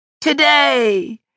Today